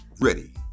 ready